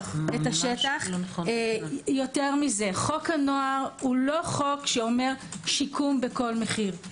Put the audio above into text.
יותר מזה, חוק הנוער לא אומר: שיקום בכל מחיר.